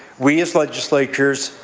we, as legislators,